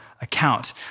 account